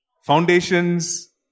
Foundations